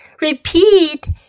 repeat